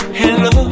hello